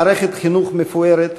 מערכת חינוך מפוארת,